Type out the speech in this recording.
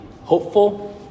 hopeful